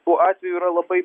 tų atvejų yra labai